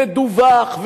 מדווח,